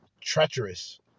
Treacherous